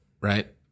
Right